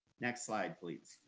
next slide, please.